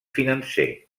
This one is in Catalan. financer